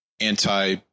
anti